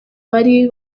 bari